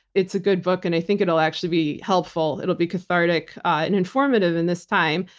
it's a good book and i think it'll actually be helpful. it'll be cathartic and informative in this time.